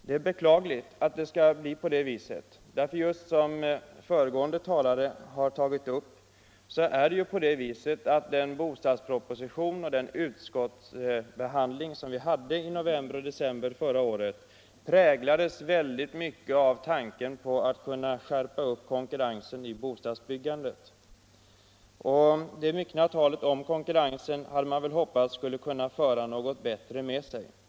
Det är beklagligt att det skall bli så därför att, som föregående talare har sagt, bostadspropositionen och dess utskottsbehandling i november och december förra året i hög grad präglades av tanken på att kunna skärpa konkurrensen i bostadsbyggandet. Det myckna talet om konkurrensen hade man väl hoppats skulle föra något bättre med sig.